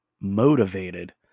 motivated